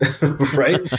right